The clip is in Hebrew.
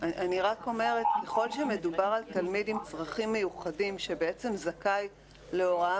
ככל שמדובר על תלמיד עם צרכים מיוחדים שזכאי להוראה